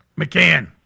McCann